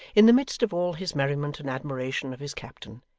in the midst of all his merriment, and admiration of his captain,